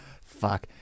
Fuck